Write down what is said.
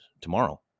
tomorrow